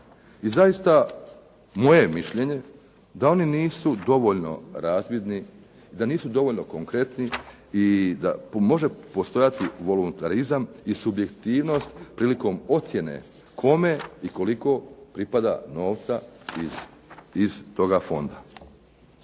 i zaista moje je mišljenje da oni nisu dovoljno razvidni, da nisu dovoljno konkretni i da može postojati volontarizam i subjektivnost prilikom ocjene kome i koliko pripada novca iz toga fonda.